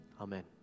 Amen